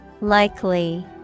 Likely